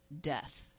death